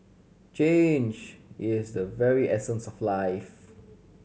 change is the very essence of life